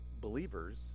believers